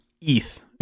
ETH